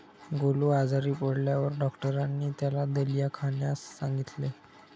गोलू आजारी पडल्यावर डॉक्टरांनी त्याला दलिया खाण्यास सांगितले